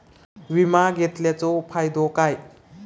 विमा घेतल्याचो फाईदो काय?